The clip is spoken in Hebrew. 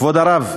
כבוד הרב,